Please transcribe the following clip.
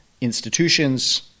institutions